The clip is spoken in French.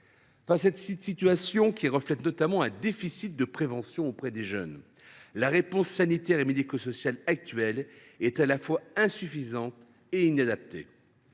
Face à cette situation, qui reflète notamment un déficit de prévention auprès des jeunes, la réponse sanitaire et médico sociale actuelle est à la fois insuffisante et inadaptée.